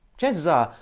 chances are,